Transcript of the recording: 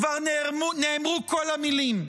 כבר נאמרו כל המילים.